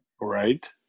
Right